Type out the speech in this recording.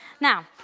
Now